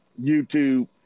YouTube